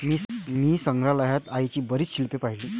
मी संग्रहालयात आईची बरीच शिल्पे पाहिली